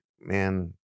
man